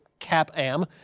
Cap-Am